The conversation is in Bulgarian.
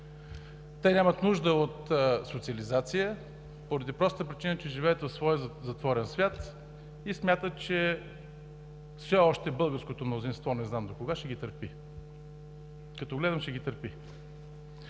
Те нямат нужда от социализация – поради простата причина, че живеят в своя затворен свят и смятат, че все още българското мнозинство, не знам докога, ще ги търпи. Като гледам – ще ги търпи.